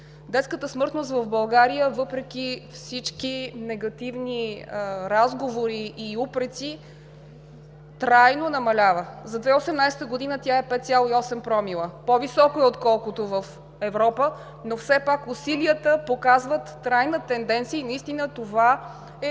Детската смъртност в България, въпреки всички негативни разговори и упреци, трайно намалява. За 2018 г. тя е 5,8 промила. По-висока е отколкото е в Европа, но все пак усилията показват трайна тенденция и наистина това е